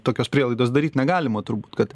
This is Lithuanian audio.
tokios prielaidos daryt negalima turbūt kad